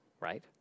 right